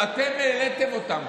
אתם אומרים לנו: אתם כבר העליתם אותן,